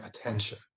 attention